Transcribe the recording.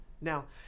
Now